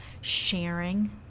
sharing